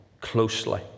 closely